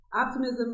Optimism